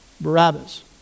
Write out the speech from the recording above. Barabbas